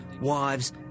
wives